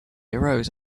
arose